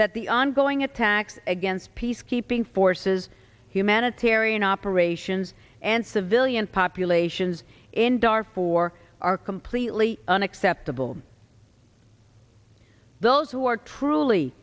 that the ongoing attacks against peacekeeping forces humanitarian operations and civilian populations and are for are completely unacceptable those who are truly